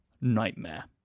nightmare